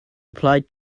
applied